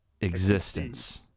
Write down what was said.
Existence